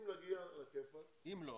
אם נגיע טוב,